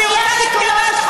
אני רוצה להצביע בעד החוק